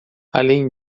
além